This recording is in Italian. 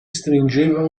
stringeva